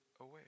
away